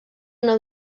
una